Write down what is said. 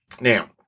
now